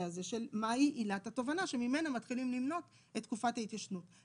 הזה של מהי עילת התובענה שממנה מתחילים למנות את תקופת ההתיישנות.